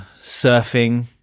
surfing